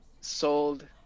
sold